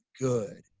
good